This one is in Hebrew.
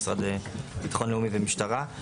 המשרד לביטחון לאומי והמשטרה.